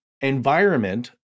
environment